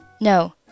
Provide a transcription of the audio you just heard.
No